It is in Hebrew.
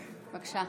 בבקשה.